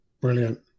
Brilliant